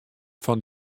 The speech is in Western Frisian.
fan